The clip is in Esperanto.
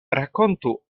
rakontu